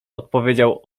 odpowiedział